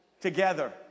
Together